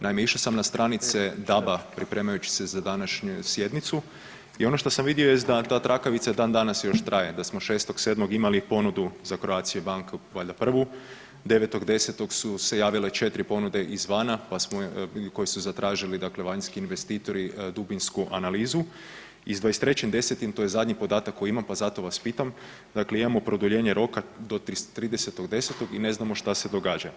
Naime, išao sam na stranice DAB-a pripremajući se za današnju sjednicu i ono što sam vidio jest da ta trakavica i dan danas još traje, da smo 6.7. imali ponudi za Croatia banku valjda prvu, 9.10. su se javile četiri ponude izvana koji su zatražili vanjski investitori dubinsku analizu i s 23.10. to je zadnji podatak koji imam pa vas zato pitam, dakle imamo produljenje roka do 30.10 i ne znamo šta se događa.